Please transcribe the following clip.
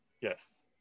Yes